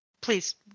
Please